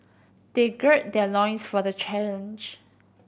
they gird their loins for the challenge